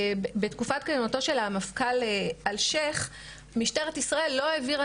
בתקופת כהונתו של המפכ"ל אלשיך משטרת ישראל לא העבירה